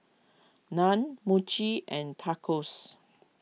Naan Mochi and Tacos